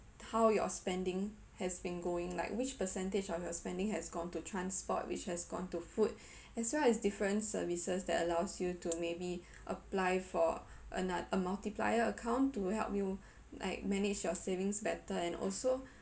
how your spending has been going like which percentage of your spending has gone to transport which has gone to food as well as different services that allows you to maybe apply for anoth~ a multiplier account to help you like manage your savings better and also